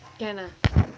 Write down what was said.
can ah